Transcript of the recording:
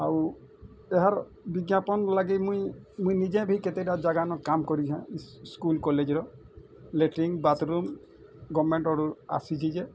ଆଉ ଏହାର ବିଜ୍ଞାପନ୍ ଲାଗି ମୁଇଁ ମୁଇଁ ନିଜେ ବି କେତେଟା ଜାଗାନ କାମ୍ କରିଛେଁ ସ୍କୁଲ୍ କଲେଜ୍ର ଲାଟିନ୍ ବାଥରୁମ୍ ଗଭର୍ଣ୍ଣମେଣ୍ଟ ଅର୍ଡ଼ର୍ ଆସିଛି ଯେ